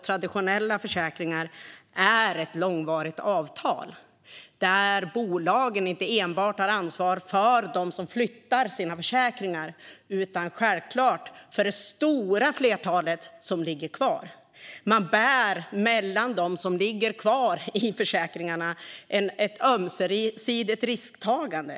Traditionella försäkringar är ett långvarigt avtal där bolagen tar ansvar inte enbart för dem som flyttar sina försäkringar utan självklart också för det stora flertal som ligger kvar. Man bär tillsammans med dem som ligger kvar i försäkringarna ett ömsesidigt risktagande.